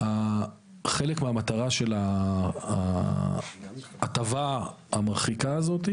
חלק מהמטרה של ההטבה המרחיקה הזאת,